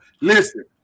Listen